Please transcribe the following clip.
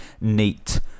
neat